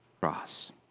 cross